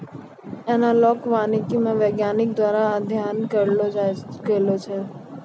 एनालाँक वानिकी मे वैज्ञानिक द्वारा अध्ययन करलो गेलो छै